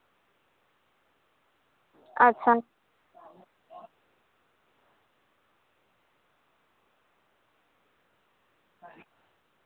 ᱟᱪᱪᱷᱟ